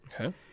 Okay